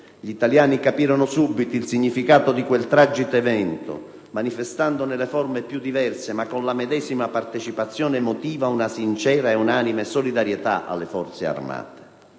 Gli italiani capirono subito il significato di quel tragico evento, manifestando nelle forme più diverse, ma con la medesima partecipazione emotiva, una sincera e unanime solidarietà alle Forze armate.